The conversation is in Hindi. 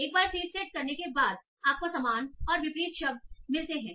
तो एक बार सीड सेट करने के बाद आपको समान और विपरीत शब्द मिलते हैं